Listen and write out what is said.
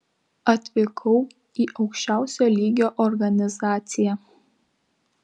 atvykau į aukščiausio lygio organizaciją